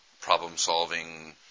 problem-solving